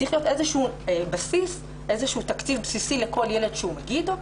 צריך להיות איזשהו תקציב בסיסי לכל ילד שהוא מגיע איתו,